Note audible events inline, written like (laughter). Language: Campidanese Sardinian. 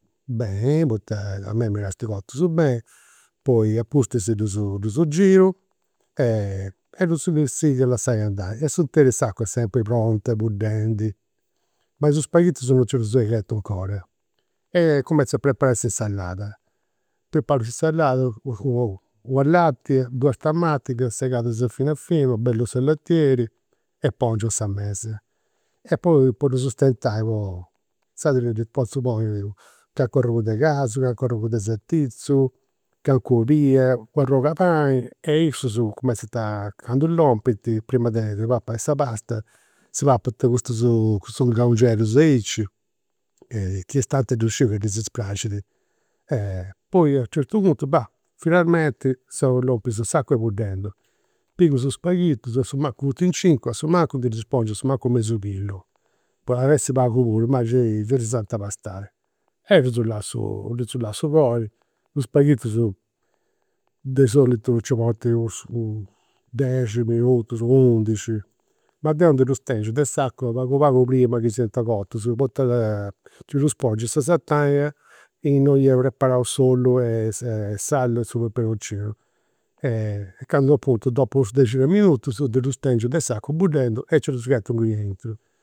Beni, poita a mei mi praxint cotus beni. Poi, apustis ddus (hesitation) ddus giru e ddus sigu a lassai andai, in s'interis s'acua est sempri pronta, buddendi. Ma is spaghitus non nci ddus ghetu 'ncora. E cumentzu a preparai s'insalada. Preparu s'insalada, (hesitation) una latia, duas tamatigas segadas a finu a finu, u' bellu 'nsalatieri e pongiu in sa mesa e poi po ddus stentai inzaras ddis potzu ponniri calincunu arrogu de casu, calincunu arrogu de sartizzu, calincuna olia, u' arrogh'e pani e issus cumenzanta, candu lompint, prima de si papai sa pasta, si papant custus (hesitation) custus 'ngaungeddus aici. Chi est stanta ca ddu sciu ca ddis praxint. Poi a a u' certu puntu, bah, finalmenti seu lompius, s'acua est buddendi. Pigu is spaghitus, asumancus, funt in cincu, asumancus ddi si ndi pongiu asumancus mesu chilu. Bah at essi pagu puru, ma gei (hesitation) gei ddis ant bastai. E (unintelligible) lassu, ddus lassu coi, dus, (unintelligible) de solitu, nci ponint (hesitation) dexi minutus, undixi, ma deu ndi ddus tengiu de s'acua pagu pagu prima chi siant cotus, poita ca ddus pongiu in sa sataina innoi iu preparau s'ollu s'allu e su peperoncinu. E candu apuntu, dopu 'u dexi minutus ndi ddus tengiu de s'acua (unintelligible) nci ddus ghetu inguni aintru